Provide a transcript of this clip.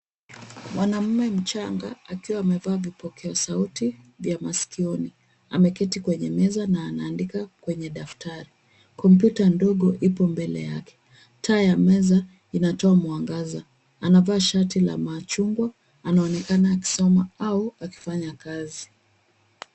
Mwanaume mchanga akiwa amevaa vipokea sauti vya maskioni ameketi kwenye meza na anaandika kwenye daftari. Kompyuta ndogo ipo mbele yake. Taa ya meza inatoa mwangaza. Anavaa shati la machungwa. Anaonekana akisoma au akifanya kazi.